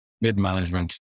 mid-management